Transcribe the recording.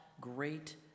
great